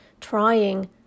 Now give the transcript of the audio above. trying